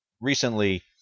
Recently